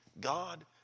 God